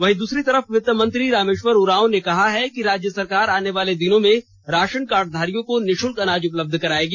वहीं दूसरी तरफ वित्त मंत्री रामेष्वर उरांव ने कहा है कि राज्य सरकार आने वाले दिनों में राषन कार्ड धारियों को निषुल्क अनाज उपलब्ध कराएगी